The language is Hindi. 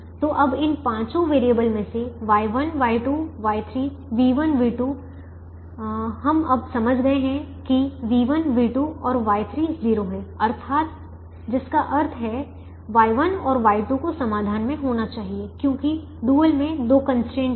तो अब इन पाँचों वैरिएबल में से Y1 Y2 Y3 v1 v2 हम अब समझ गए हैं कि v1 v2 और Y3 0 हैं जिसका अर्थ है Y1 और Y2 को समाधान में होना चाहिए क्योंकि डुअल में दो कंस्ट्रेंट हैं